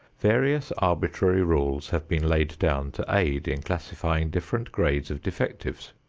various arbitrary rules have been laid down to aid in classifying different grades of defectives.